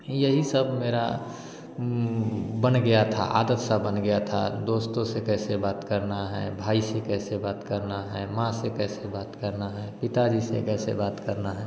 यही सब मेरा बन गया था आदत सा बन गया था दोस्तों से कैसे बात करना है भाई से कैसे बात करना है माँ से कैसे बात करना है पिताजी से कैसे बात करना है